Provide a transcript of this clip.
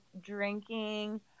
drinking